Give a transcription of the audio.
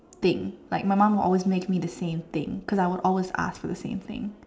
thing like my mum would always make me the same thing cause I would always ask for the same thing